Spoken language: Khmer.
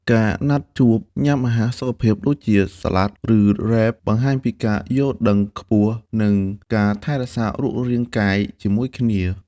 ការណាត់ជួបញ៉ាំអាហារសុខភាព ដូចជា Salad ឬ Wrap បង្ហាញពីការយល់ដឹងខ្ពស់ និងការថែរក្សារូបរាងកាយជាមួយគ្នា។